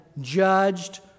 judged